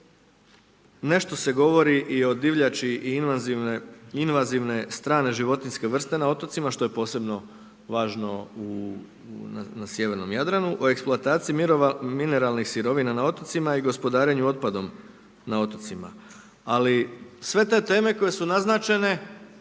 nešto se govori i o divljači i invazivne strane životinjske vrste na otocima što je posebno važno na sjevernom Jadranu, o eksploataciji mineralnih sirovina na otocima i gospodarenju otpadom na otocima, ali sve te teme koje su naznačene